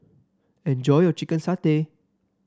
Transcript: enjoy your Chicken Satay